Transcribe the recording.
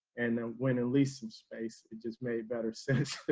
and then went and leased and space. it just made better sense.